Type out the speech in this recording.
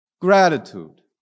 Gratitude